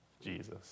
Jesus